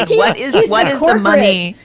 what is it? what is the money?